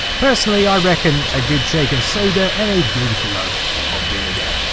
personally i reckon a good shake of soda and a good glug of vinegar.